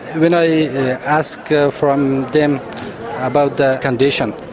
when i ask ah from them about their condition,